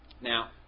Now